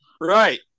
Right